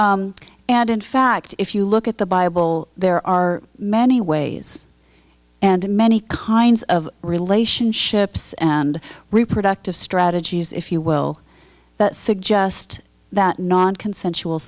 and in fact if you look at the bible there are many ways and many kinds of relationships and reproductive strategies if you will that suggest that non consensual